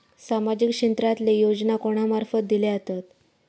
सामाजिक क्षेत्रांतले योजना कोणा मार्फत दिले जातत?